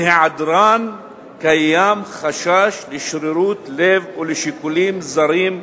בהיעדרן קיים חשש לשרירות לב ולשיקולים זרים,